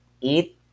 eat